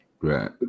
right